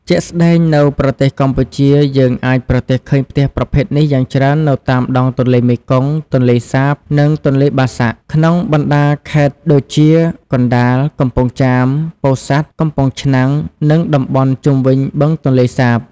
ជាក់ស្តែង នៅប្រទេសកម្ពុជា យើងអាចប្រទះឃើញផ្ទះប្រភេទនេះយ៉ាងច្រើននៅតាមដងទន្លេមេគង្គ ទន្លេសាប និងទន្លេបាសាក់ ក្នុងបណ្តាខេត្តដូចជា កណ្តាល កំពង់ចាម ពោធិ៍សាត់ កំពង់ឆ្នាំង និងតំបន់ជុំវិញ បឹងទន្លេសាប ។